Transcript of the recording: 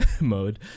mode